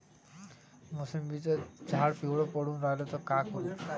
मोसंबीचं झाड पिवळं पडून रायलं त का करू?